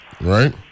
Right